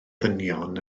ddynion